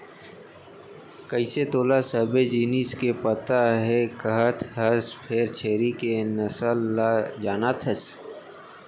कइसे तोला सबे जिनिस के पता हे कहत हस फेर छेरी के नसल ल जानत हस?